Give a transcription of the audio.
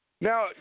Now